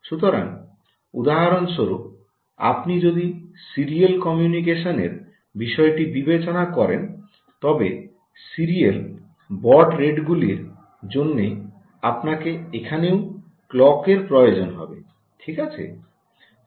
সুতরাং উদাহরণস্বরূপ আপনি যদি সিরিয়াল কমিউনিকেশনের বিষয়টি বিবেচনা করেন তবে সিরিয়াল বড রেটগুলির জন্য আপনাকে এখানেও ক্লকের প্রয়োজন হবে ঠিক আছে